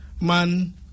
man